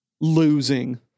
Losing